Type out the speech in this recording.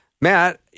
Matt